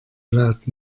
laut